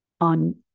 on